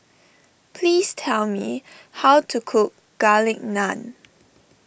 please tell me how to cook Garlic Naan